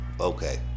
okay